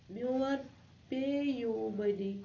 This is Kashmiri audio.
میٛون پے یوٗ موٚنی